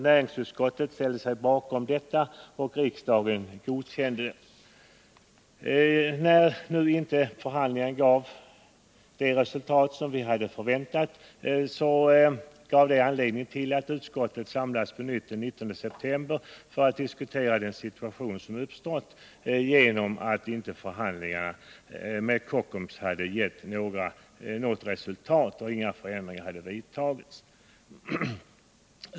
Näringsutskottet och riksdagen ställde sig också bakom detta yttrande. När förhandlingarna inte gav det resultat man hade väntat samlades utskottet på nytt den 19 september för att diskutera den situation som uppstått på grund av att förhandlingarna med Kockums inte hade gett något resultat och några förändringar inte vidtagits.